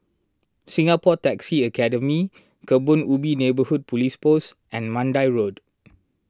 Singapore Taxi Academy Kebun Ubi Neighbourhood Police Post and Mandai Road